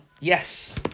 Yes